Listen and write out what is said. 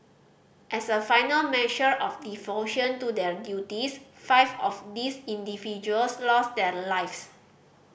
as a final measure of devotion to their duties five of these individuals lost their lives